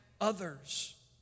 others